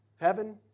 heaven